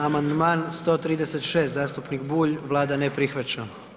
Amandman 136, zastupnik Bulj, Vlada ne prihvaća.